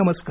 नमस्कार